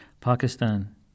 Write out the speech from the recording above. Pakistan